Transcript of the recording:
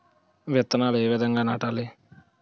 విత్తనాలు ఏ విధంగా నాటాలి?